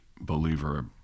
believer